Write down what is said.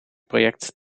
project